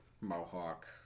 mohawk